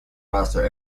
master